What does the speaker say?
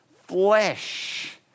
flesh